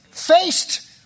faced